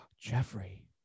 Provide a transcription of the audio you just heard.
jeffrey